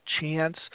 chance